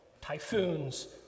typhoons